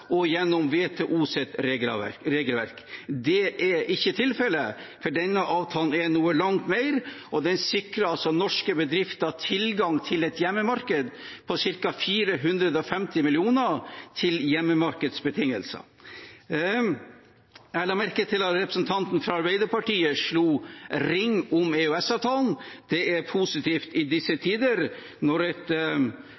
og gjennom WTOs regelverk. Det er ikke tilfellet, for denne avtalen er noe langt mer, og den sikrer altså norske bedrifter tilgang til et hjemmemarked på ca. 450 millioner, til hjemmemarkedsbetingelser. Jeg la merke til at representanten fra Arbeiderpartiet slo ring om EØS-avtalen. Det er positivt i disse